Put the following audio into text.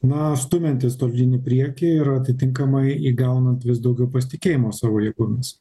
na stumiantis tolyn į priekį ir atitinkamai įgaunant vis daugiau pasitikėjimo savo jėgomis